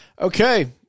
Okay